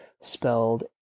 spelled